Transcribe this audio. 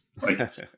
right